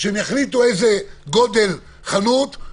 שיחליטו איזה גודל חנות,